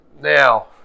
Now